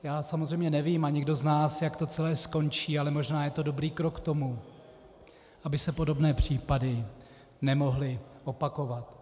Já samozřejmě nevím, a nikdo z nás, jak to celé skončí, ale možná je to dobrý krok k tomu, aby se podobné případy nemohly opakovat.